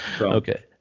okay